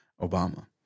Obama